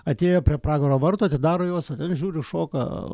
atėję prie pragaro vartų atidaro juos žiūri šoka